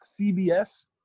CBS